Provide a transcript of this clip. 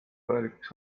vajalikuks